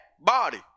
body